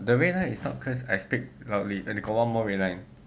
the red line is not cause I speak loudly and got one more red line